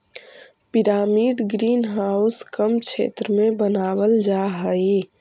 pyramid green house कम क्षेत्र में बनावाल जा हई